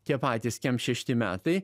tie patys kem šešti metai